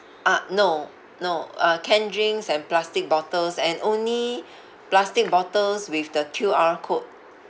ah no no uh can drinks and plastic bottles and only plastic bottles with the Q_R code